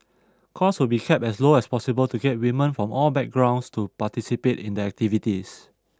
costs will be kept as low as possible to get women from all backgrounds to participate in the activities